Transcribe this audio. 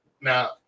Now